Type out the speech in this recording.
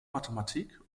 mathematik